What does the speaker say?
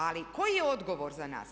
Ali koji je odgovor za nas?